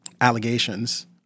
allegations